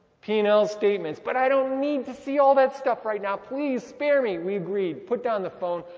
p and l statements, but i don't need to see all that stuff right now. please spare me. we agreed. i put down the phone,